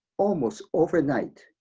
almost overnight,